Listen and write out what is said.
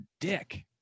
dick